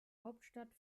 hauptstadt